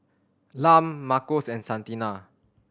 Lum Marcos and Santina